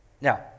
Now